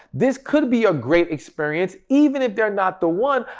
this could be a great experience. even if they're not the one,